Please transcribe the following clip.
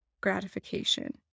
gratification